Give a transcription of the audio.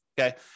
okay